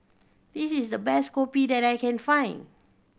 this is the best kopi that I can find